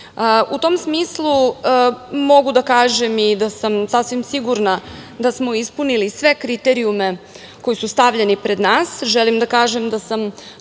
U tom smislu mogu da kažem da sam i sasvim sigurna da smo ispunili sve kriterijume koji su stavljeni pred nas. Želim da kažem da sam